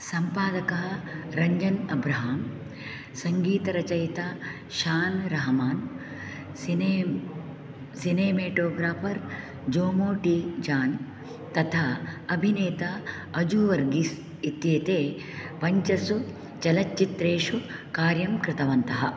सम्पादकः रञ्जन् अब्राहां संगीतरचयिता Shaan Rahman cine cinematographer Jomo T John तथा अभिनेता अजु वर्घीस् इत्येते पञ्चसु चलच्चित्रेषु कार्यं कृतवन्तः